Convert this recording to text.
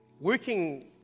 Working